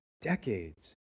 decades